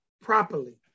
properly